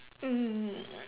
mm